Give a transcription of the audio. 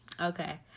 Okay